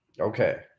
Okay